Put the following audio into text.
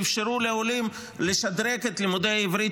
שאפשרו לעולים לשדרג את לימודי העברית